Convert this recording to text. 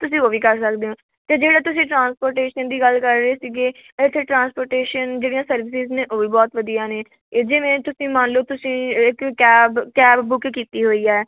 ਤੁਸੀਂ ਉਹ ਵੀ ਕਰ ਸਕਦੇ ਹੋ ਅਤੇ ਜਿਹੜਾ ਤੁਸੀਂ ਟ੍ਰਾਂਸਪੋਟੇਸ਼ਨ ਦੀ ਗੱਲ ਕਰ ਰਹੇ ਸੀਗੇ ਇੱਥੇ ਟ੍ਰਾਂਸਪੋਟੇਸ਼ਨ ਜਿਹੜੀਆਂ ਸਰਵਿਸਿਜ ਨੇ ਉਹ ਵੀ ਬਹੁਤ ਵਧੀਆ ਨੇ ਜਿਵੇਂ ਤੁਸੀਂ ਮੰਨ ਲਓ ਤੁਸੀਂ ਇੱਕ ਕੈਬ ਕੈਬ ਬੁੱਕ ਕੀਤੀ ਹੋਈ ਹੈ